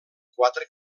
quatre